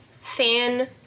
fan